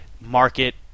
market